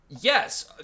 Yes